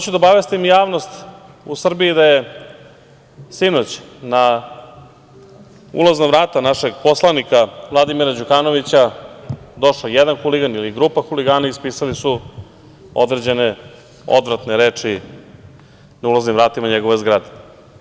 Hoću da obavestim javnost u Srbiji da je sinoć na ulazna vrata našeg poslanika Vladimira Đukanovića došao jedan huligan ili grupa huligana, ispisali su određene, odvratne reči na ulaznim vratima njegove zgrade.